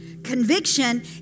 Conviction